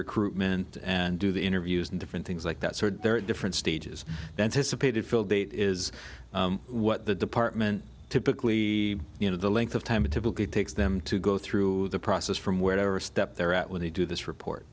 recruitment and do the interviews and different things like that so there are different stages anticipated field date is what the department typically you know the length of time it typically takes them to go through the process from where are step they're at when they do this report